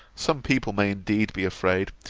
some people may indeed be afraid,